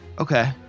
Okay